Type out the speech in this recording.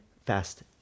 fast